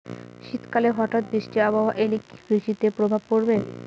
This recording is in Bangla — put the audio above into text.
শীত কালে হঠাৎ বৃষ্টি আবহাওয়া এলে কি কৃষি তে প্রভাব পড়বে?